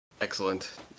excellent